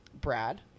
Brad